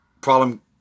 problem